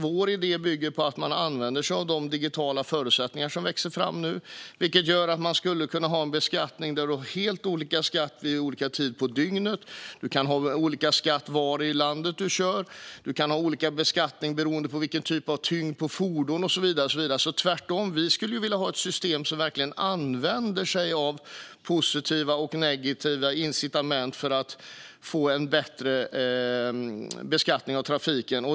Vår idé bygger på att man använder sig av de digitala förutsättningar som nu växer fram och som gör att man skulle kunna ha en beskattning där det är helt olika skatt vid olika tider på dygnet, olika skatt beroende på var i landet du kör, olika beskattning beroende på vilken tyngd det är på fordonet och så vidare. Det är alltså tvärtom så att vi skulle vilja ha ett system som verkligen använder sig av positiva och negativa incitament för att få en bättre beskattning av trafiken.